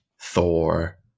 Thor